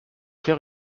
faire